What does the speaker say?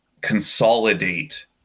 consolidate